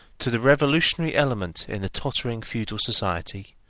to the revolutionary element in the tottering feudal society,